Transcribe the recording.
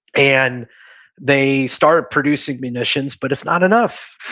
and they started producing munitions, but it's not enough,